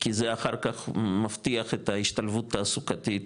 כי זה אחר כך מבטיח את ההשתלבות התעסוקתית